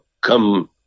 come